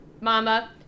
Mama